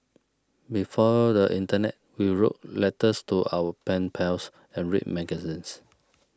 before the internet we wrote letters to our pen pals and read magazines